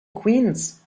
queens